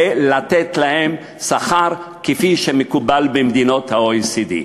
ולתת להם שכר כפי שמקובל במדינות ה-OECD.